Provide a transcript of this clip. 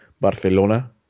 Barcelona